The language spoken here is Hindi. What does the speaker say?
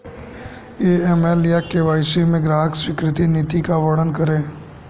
ए.एम.एल या के.वाई.सी में ग्राहक स्वीकृति नीति का वर्णन करें?